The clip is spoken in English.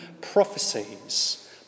prophecies